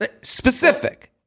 Specific